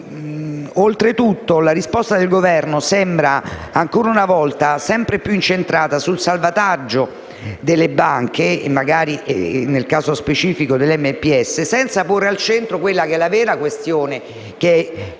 Oltretutto, la risposta del Governo sembra ancora una volta sempre più incentrata sul salvataggio delle banche (e magari, nel caso specifico, del MPS), senza porre al centro la vera questione che è